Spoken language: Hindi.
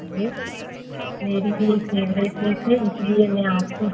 जी मेरी भी एक फेवरेट डिस है इसलिए मे आपसे